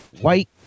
white